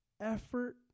effort